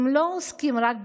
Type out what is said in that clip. הם לא עוסקים רק בהוראה,